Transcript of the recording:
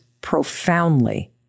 profoundly